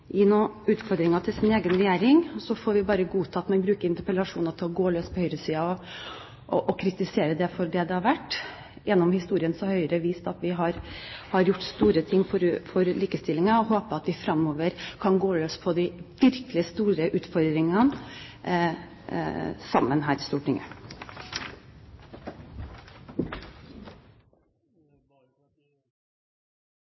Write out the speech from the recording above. noen utfordringer til sin egen regjering. Så får vi bare godta at man bruker interpellasjoner til å gå løs på høyresiden og kritisere den for det det er verdt. Gjennom historien har Høyre vist at vi har gjort store ting for likestillingen, og jeg håper at vi fremover kan gå løs på de virkelig store utfordringene sammen her i Stortinget.